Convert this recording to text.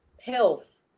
health